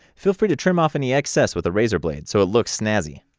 feel free to trim off any excess with a razor blade so it looks snazzy.